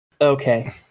Okay